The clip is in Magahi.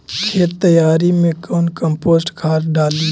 खेत तैयारी मे कौन कम्पोस्ट खाद डाली?